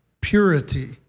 purity